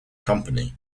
company